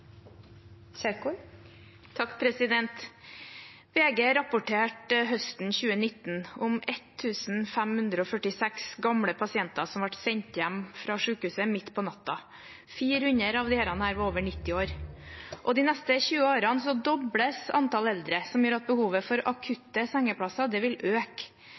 VG rapporterte høsten 2019 om 1 546 gamle pasienter som ble sendt hjem fra sykehuset midt på natta. 400 av disse var over 90 år. De neste 20 årene dobles antall eldre, som gjør at behovet for akutte sengeplasser vil øke.